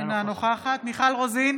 אינה נוכחת מיכל רוזין,